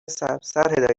سبزتر